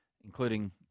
including